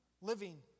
living